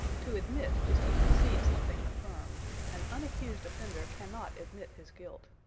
to admit is to concede something affirmed. an unaccused offender cannot admit his guilt.